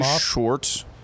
short